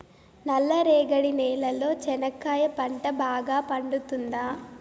నల్ల రేగడి నేలలో చెనక్కాయ పంట బాగా పండుతుందా?